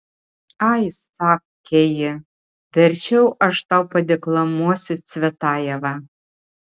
ai sakė ji verčiau aš tau padeklamuosiu cvetajevą